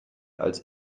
als